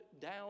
down